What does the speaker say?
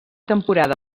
temporada